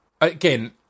Again